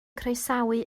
croesawu